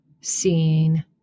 seeing